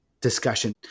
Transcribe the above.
discussion